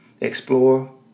explore